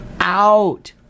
out